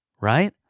right